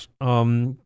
Yes